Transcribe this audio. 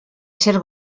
ser